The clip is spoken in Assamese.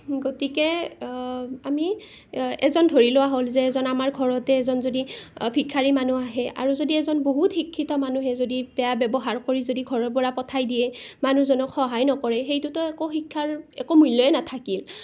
গতিকে আমি এজন ধৰি লোৱা হ'ল যে এজন আমাৰ ঘৰতে এজন যদি ভিক্ষাৰী মানুহ আহে আৰু যদি এজন বহুত শিক্ষিত মানুহে যদি বেয়া ব্যৱহাৰ কৰি যদি ঘৰৰ পৰা পঠাই দিয়ে মানুহজনক সহায় নকৰে সেইটোতো একো শিক্ষাৰ একো মূল্যই নাথাকিল